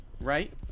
right